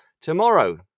tomorrow